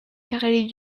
carélie